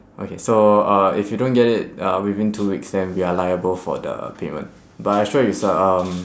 okay so uh if you don't get it uh within two weeks then we are liable for the payment but I assure you sir um